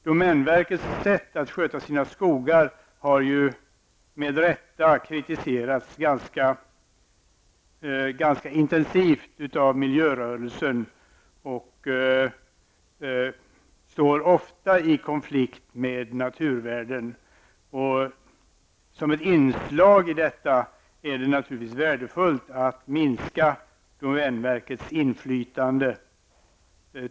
Domänverkets sätt att sköta sina skogar har med rätta kritiserats ganska intensivt av miljörörelser och står ofta i konflikt med naturvärden. Som ett inslag i detta är det naturligtvis värdefullt att minska domänverkets inflytande.